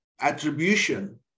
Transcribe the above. attribution